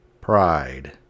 pride